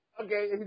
okay